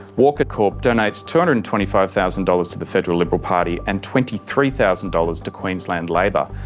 walker corp donates two hundred and twenty five thousand dollars to the federal liberal party and twenty three thousand dollars to queensland labor.